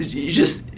you just,